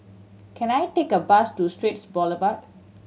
can I take a bus to Straits Boulevard